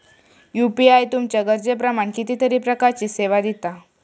UPI तुमच्या गरजेप्रमाण कितीतरी प्रकारचीं सेवा दिता